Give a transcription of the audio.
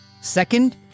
Second